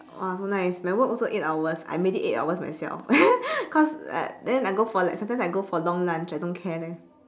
!wah! so nice my work also eight hours I made it eight hours myself cause like then I go for like sometimes I go for long lunch I don't care leh